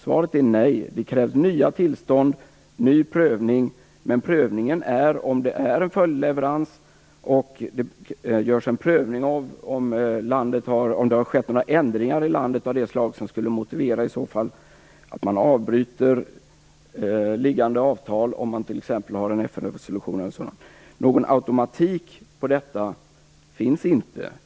Svaret är nej. Det krävs nya tillstånd och ny prövning, men prövningen gäller om det är fråga om en följdleverans och om det har skett några förändringar i landet av ett slag som skulle motivera att man bryter existerande avtal, t.ex. om det kommer en FN-resolution. Någon automatik för detta finns inte.